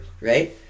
right